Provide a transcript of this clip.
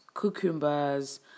cucumbers